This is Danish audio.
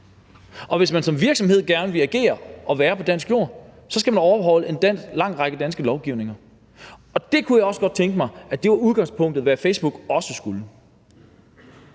og hvis man som virksomhed gerne vil agere og være på dansk jord, så skal man overholde en lang række danske lovgivninger. Og det kunne jeg også godt tænke mig var udgangspunktet, i forhold til hvad Facebook også skulle.